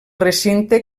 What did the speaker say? recinte